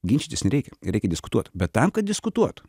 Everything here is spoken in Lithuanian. ginčytis reikia reikia diskutuot bet tam kad diskutuot